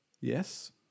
yes